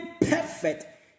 perfect